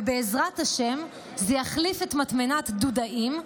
ובעזרת השם זה יחליף את מטמנת דודאים,